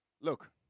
Look